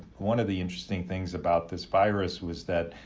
one of the interesting things about this virus was that,